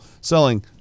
selling